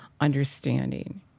understanding